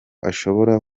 ashobora